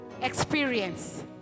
experience